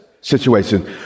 situation